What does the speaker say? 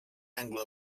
anglo